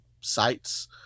sites